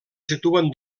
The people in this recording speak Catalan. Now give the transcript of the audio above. situen